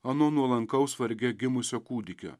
ano nuolankaus varge gimusio kūdikio